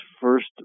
first